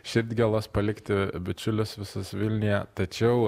širdgėlos palikti bičiulius visus vilniuje tačiau